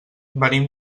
venim